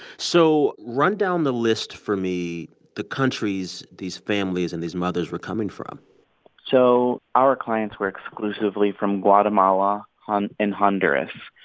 so run down the list for me the countries these families and these mothers were coming from so our clients were exclusively from guatemala and honduras.